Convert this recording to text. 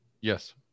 Yes